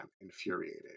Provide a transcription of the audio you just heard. infuriated